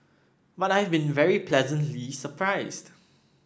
but I've been very pleasantly surprised